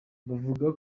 buvuga